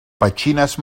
petxines